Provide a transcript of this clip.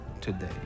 today